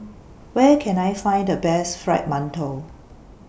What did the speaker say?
Where Can I Find The Best Fried mantou